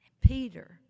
Peter